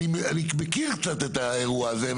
אני מכיר את האירוע הזה קצת,